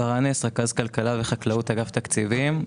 אני רכז כלכלה וחקלאות, אגף תקציבים.